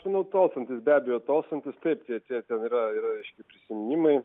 aš manau tolstantis be abejo tolstantis taip tie tie ten yra yra reiškia prisiminimai